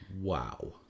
wow